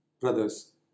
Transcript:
Brothers